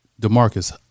Demarcus